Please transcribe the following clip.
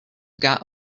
got